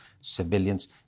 civilians